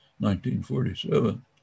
1947